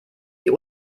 die